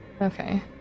Okay